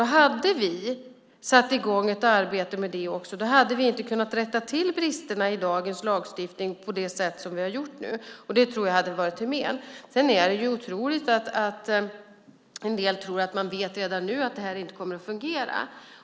Och hade vi satt i gång ett arbete med det hade vi inte kunnat rätta till bristerna i dagens lagstiftning på det sätt som vi har gjort nu, och det tror jag hade varit till men. Sedan är det otroligt att en del tror att de redan nu vet att det här inte kommer att fungera.